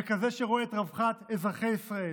וכזה שרואה את רווחת אזרחי ישראל.